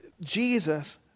Jesus